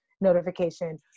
notification